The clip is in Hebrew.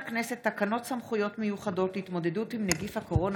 תקנות סמכויות מיוחדות להתמודדות עם נגיף הקורונה